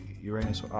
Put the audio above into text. Uranus